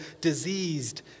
diseased